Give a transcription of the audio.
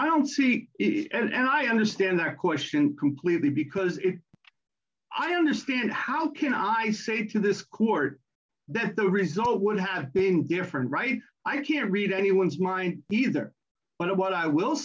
i don't see it and i understand that question completely because i don't understand how can i say to this court that the result would have been different right i can't read anyone's mind either but what i will